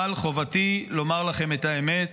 אבל חובתי לומר לכם את האמת.